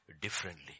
differently